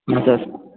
हाँ सर